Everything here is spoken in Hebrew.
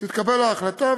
תתקבל ההחלטה.